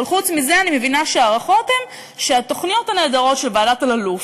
אבל חוץ מזה אני מבינה שההערכות הן שהתוכניות הנהדרות של ועדת אלאלוף,